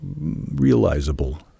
realizable